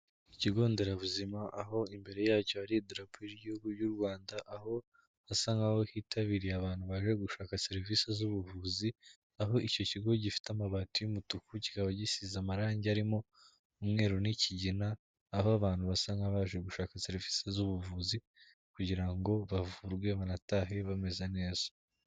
Ku kigo nderabuzima, aho imbere yacyo hari idarapo ry'igihugu ry'u Rwanda, aho hasa nk'aho hitabiriye abantu baje gushaka serivisi z'ubuvuzi, aho icyo kigo gifite amabati y'umutuku, kikaba gisize amarangi arimo umweru nikigina, aho abantu basa nk'abaje gushaka serivisi z'ubuvuzi, kugira ngo bavurwe, banatahe bameze neza.